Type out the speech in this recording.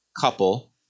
couple